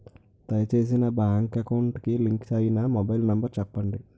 దయచేసి నా bank account కి లింక్ అయినా మొబైల్ నంబర్ చెప్పండి